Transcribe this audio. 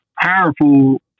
powerful